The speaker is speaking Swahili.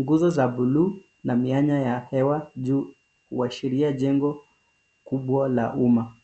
Nguzo za buluu na mianya ya hewa juu huashiria jengo kubwa la umma.